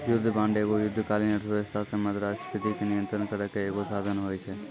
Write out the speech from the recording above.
युद्ध बांड एगो युद्धकालीन अर्थव्यवस्था से मुद्रास्फीति के नियंत्रण करै के एगो साधन होय छै